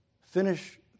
Finish